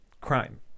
crime